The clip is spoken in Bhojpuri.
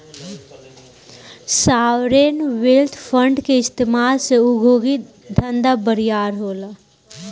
सॉवरेन वेल्थ फंड के इस्तमाल से उद्योगिक धंधा बरियार होला